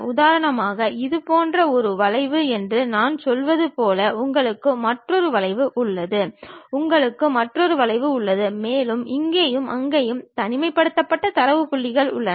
உதாரணமாக இது போன்ற ஒரு வளைவு என்று நான் சொல்வது போல் உங்களுக்கு மற்றொரு வளைவு உள்ளது உங்களுக்கு மற்றொரு வளைவு உள்ளது மேலும் இங்கேயும் அங்கேயும் தனிமைப்படுத்தப்பட்ட தரவு புள்ளிகள் உள்ளன